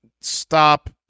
stop